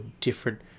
different